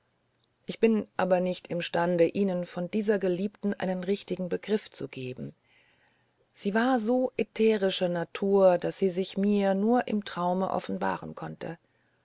ich bin aber nicht imstande ihnen von dieser geliebten einen richtigen begriff zu geben sie war so ätherischer natur daß sie sich mir nur im traume offenbaren konnte